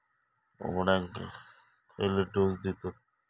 कोंबड्यांक खयले डोस दितत?